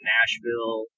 Nashville